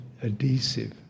adhesive